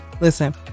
listen